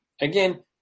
Again